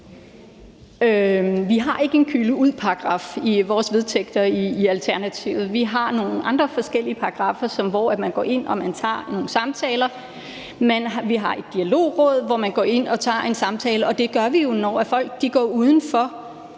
Vi har ikke en kyle ud-paragraf i vores vedtægter i Alternativet. Vi har nogle forskellige andre paragraffer, som betyder, at man går ind og tager nogle samtaler. Vi har et dialogråd, hvor man går ind og tager en samtale, og det gør vi jo, når folk går ud over